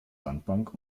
sandbank